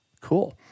Cool